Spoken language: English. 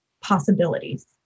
possibilities